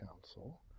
Council